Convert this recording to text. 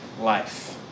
life